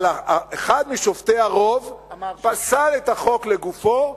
אבל אחד משופטי הרוב פסל את החוק לגופו,